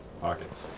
pockets